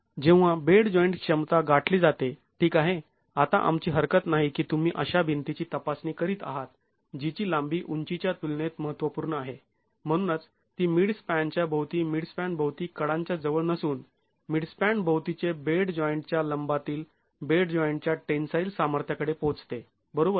जेव्हा bed joint क्षमता गाठली जाते ठीक आहे आता आमची हरकत नाही की तुम्ही अशा भिंतीची तपासणी करीत आहात जी ची लांबी उंचीच्या तुलनेत महत्वपूर्ण आहे म्हणूनच ती मिडस्पॅनच्या भोवती मिडस्पॅन भोवती कडांच्या जवळ नसून मिडस्पॅन भोवतीचे बेड जॉईंटच्या लंबातील बेड जॉईंटच्या टेंन्साईल सामर्थ्याकडे पोचते बरोबर